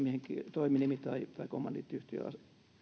toiminimi tai tai kommandiittiyhtiö